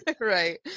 right